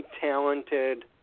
talented